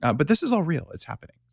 but this is all real. it's happening.